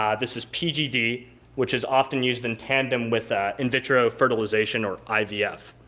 um this is pgd which is often used in tandem with ah invitro fertilization or ivf.